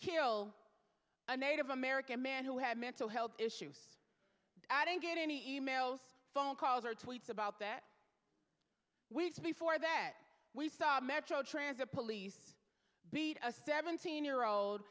kill a native american man who had mental health issues i didn't get any e mails phone calls or tweets about that weaves before that we saw metro transit police beat a seventeen year old